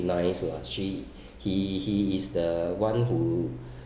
nice lah she he he is the one who